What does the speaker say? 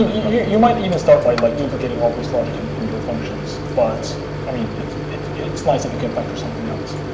yeah you might even start by like duplicating all of this logic and in your functions, but i mean it's it's nice if you can factor something out.